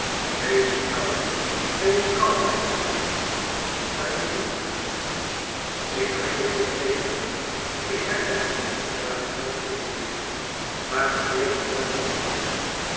wees kalm wees kalm mijn kind breng je me ik breng je tot genua ik heb bij een vriend daarvoor geld kunnen leenen maar probeer vooral kalm te zijn